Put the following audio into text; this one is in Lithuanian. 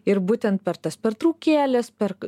ir būtent per tas pertraukėles per